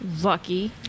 Lucky